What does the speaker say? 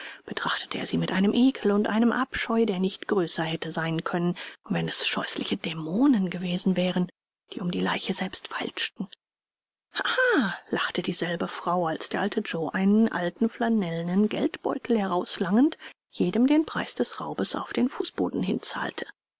betrachtete er sie mit einem ekel und einem abscheu der nicht größer hätte sein können wenn es scheußliche dämonen gewesen wären die um die leiche selbst feilschten ha ha lachte dieselbe frau als der alte joe einen alten flanellenen geldbeutel herauslangend jedem den preis des raubes auf den fußboden